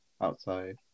outside